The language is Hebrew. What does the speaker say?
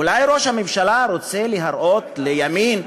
אולי ראש הממשלה רוצה להראות לימין,